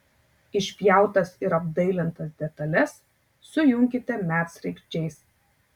išpjautas ir apdailintas detales sujunkite medsraigčiais